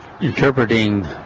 interpreting